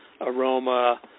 aroma